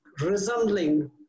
resembling